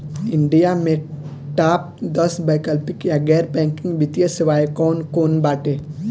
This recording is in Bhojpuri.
इंडिया में टाप दस वैकल्पिक या गैर बैंकिंग वित्तीय सेवाएं कौन कोन बाटे?